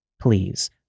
please